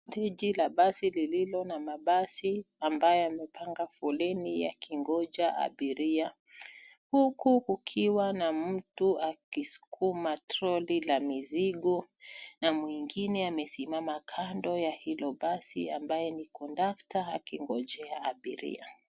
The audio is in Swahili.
Steji la basi lililo na mabasi ambayo yamepanga foleni yakingoja abiria, huku kukiwa na mtu akisukuma troli la mizigo na mwingine amesimama kando ya hilo basi, ambaye ni kondakta akingojea abiria.